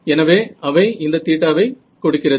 எனவே அவை இந்த θ வை கொடுக்கிறது